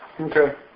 Okay